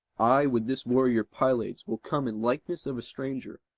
i with this warrior pylades will come in likeness of a stranger,